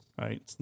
right